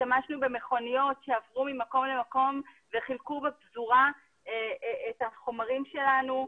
השתמשנו במכוניות שעברו ממקום למקום וחילקו בפזורה את החומרים שלנו,